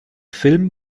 film